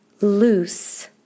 Loose